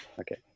Okay